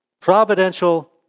providential